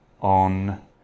on